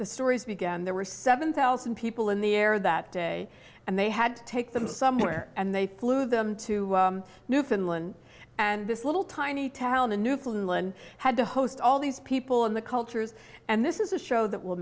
the stories began there were seven thousand people in the air that day and they had to take them somewhere and they flew them to newfoundland and this little tiny town in the new flu and had to host all these people in the cultures and this is a show that will